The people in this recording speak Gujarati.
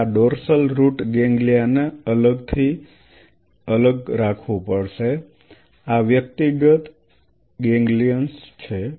તમારે આ ડોર્સલ રુટ ગેંગલિયા ને અલગથી અલગ રાખવું પડશે આ વ્યક્તિગત ગેંગલિઅન્સ છે